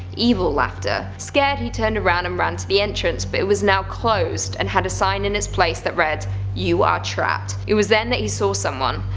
evil laughter. scared he turned around and ran to the entrance, but it was now closed and had a sign in its place that read you are trapped. it was then that he saw someone,